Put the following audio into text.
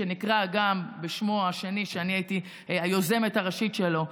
שאני הייתי היוזמת הראשית שלו,